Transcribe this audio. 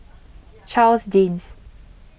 Charles Dyce